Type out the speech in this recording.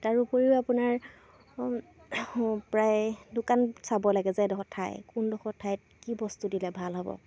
তাৰ উপৰিও আপোনাৰ প্ৰায় দোকান চাব লাগে যে এডোখৰ ঠাই কোনডোখৰ ঠাইত কি বস্তু দিলে ভাল হ'ব